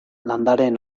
landareen